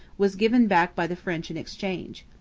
was given back by the french in exchange.